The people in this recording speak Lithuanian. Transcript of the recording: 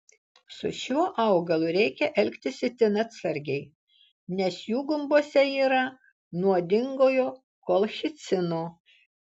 su šiuo augalu reikia elgtis itin atsargiai nes jų gumbuose yra nuodingojo kolchicino